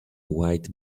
white